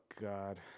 God